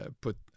put